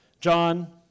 John